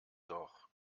doch